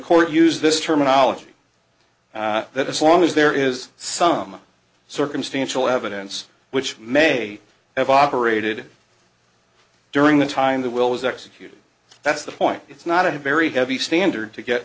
court use this terminology that as long as there is some circumstantial evidence which may have operated during the time that will was executed that's the point it's not a very heavy standard to get